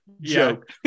joke